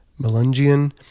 Melungian